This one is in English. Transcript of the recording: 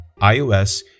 iOS